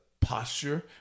posture